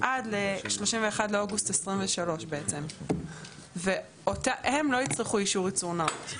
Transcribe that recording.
עד 31 באוגוסט 2023. הם לא יצטרכו אישור ייצור נאות.